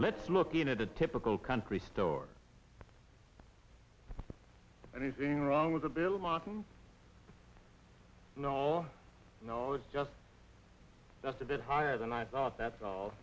let's look in a typical country store anything wrong with the bill martin no no it's just that's a bit higher than i thought that's all